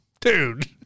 dude